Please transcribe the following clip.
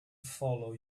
follow